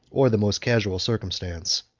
or the most casual circumstance.